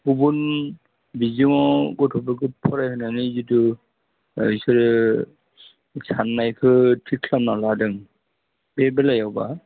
गुबुन बिजोङाव गथ'फोरखौ फरायहोनायनि जितु बिसोरो साननायखौ थिक खालामना लादों बे बेलायावबा